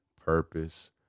purpose